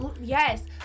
Yes